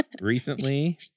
Recently